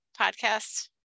podcast